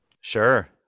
sure